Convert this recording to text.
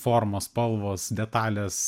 formos spalvos detalės